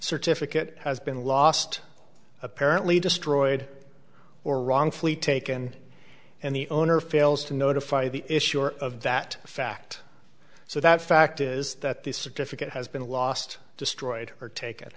certificate has been lost apparently destroyed or wrongfully taken and the owner fails to notify the issuer of that fact so that fact is that the certificate has been lost destroyed or take